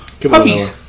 Puppies